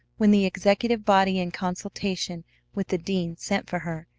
when the executive body in consultation with the dean sent for her,